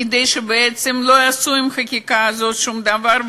כדי שבעצם לא יעשו עם החקיקה הזאת שום דבר,